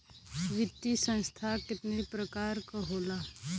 वित्तीय संस्था कितना प्रकार क होला?